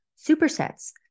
supersets